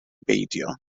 beidio